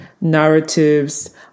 narratives